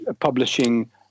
publishing